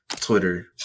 Twitter